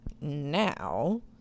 Now